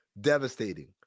devastating